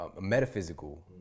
metaphysical